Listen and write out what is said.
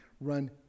Run